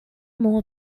more